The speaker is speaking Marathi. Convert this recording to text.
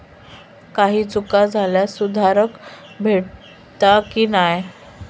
काही चूक झाल्यास सुधारक भेटता की नाय?